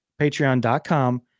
patreon.com